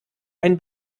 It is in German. ein